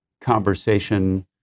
conversation